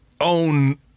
own